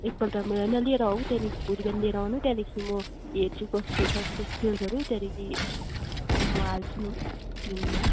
एकपल्ट म हैन लिएर आऊ त्यहाँदेखिन् भोलि बिहान लिएर आउनु त्यहाँदेखिन् म हेर्छु कस्तो छ उस्को स्किल्सहरू त्यहाँदेखि म हाल्छु नि टिममा